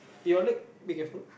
your leg be careful